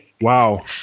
wow